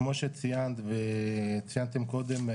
כמו שציינת וציינתם קודם,